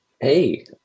Hey